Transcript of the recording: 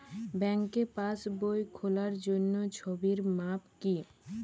ব্যাঙ্কে পাসবই খোলার জন্য ছবির মাপ কী?